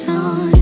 on